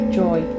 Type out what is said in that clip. joy